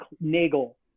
Nagel